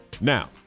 Now